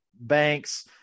banks